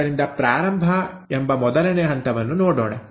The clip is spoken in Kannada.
ಆದ್ದರಿಂದ ಪ್ರಾರಂಭ ಎಂಬ ಮೊದಲನೇ ಹಂತವನ್ನು ನೋಡೋಣ